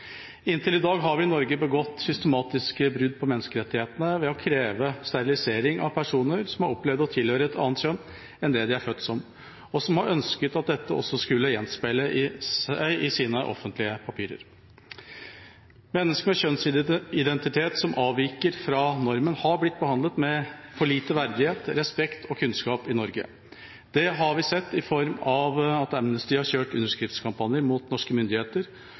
Inntil i dag har vi i Norge begått systematiske brudd på menneskerettighetene ved å kreve sterilisering av personer som opplevde å tilhøre et annet kjønn enn det de er født som – og som har ønsket at dette også skulle gjenspeiles i deres offentlige papirer. Mennesker med kjønnsidentitet som avviker fra normen, har blitt behandlet med for lite verdighet, respekt og kunnskap i Norge. Det har vi sett i form av at Amnesty har kjørt underskriftskampanjer mot norske myndigheter,